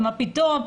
מה פתאום,